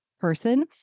person